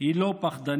היא לא פחדנית,